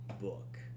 book